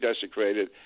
desecrated